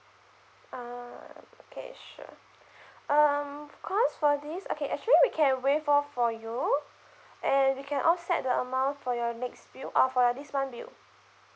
ah okay sure um cause for this okay actually we can waive off for you and we can offset the amount for your next bill uh for your this month bill